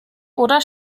oder